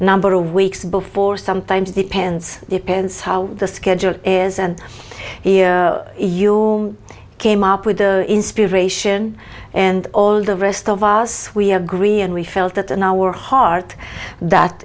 number of weeks before sometimes depends depends how the schedule is and if you came up with the inspiration and all the rest of us we agree and we felt that in our heart that